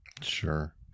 Sure